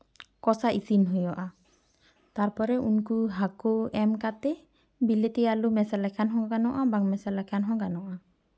ᱠᱚᱥᱟ ᱤᱥᱤᱱ ᱦᱩᱭᱩᱜᱼᱟ ᱛᱟᱨᱯᱚᱨᱮ ᱩᱱᱠᱩ ᱦᱟᱹᱠᱩ ᱮᱢ ᱠᱟᱛᱮ ᱵᱤᱞᱟᱹᱛᱤ ᱟᱞᱩ ᱢᱮᱥᱟ ᱞᱮᱠᱷᱟᱱ ᱦᱚᱸ ᱜᱟᱱᱚᱜᱼᱟ ᱵᱟᱝ ᱢᱮᱥᱟ ᱞᱮᱠᱷᱟᱱ ᱦᱚᱸ ᱜᱟᱱᱚᱜᱼᱟ